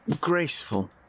Graceful